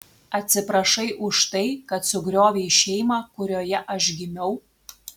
atsiprašai už tai kad sugriovei šeimą kurioje aš gimiau